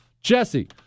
Jesse